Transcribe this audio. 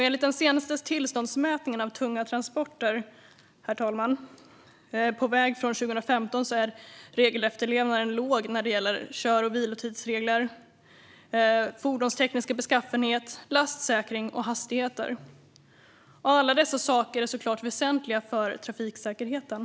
Enligt den senaste tillståndsmätningen av tunga transporter på väg från 2015, herr talman, är regelefterlevnaden låg när det gäller kör och vilotidsregler, fordons tekniska beskaffenhet, lastsäkring och hastigheter. Alla dessa saker är såklart väsentliga för trafiksäkerheten.